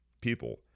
people